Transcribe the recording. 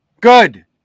good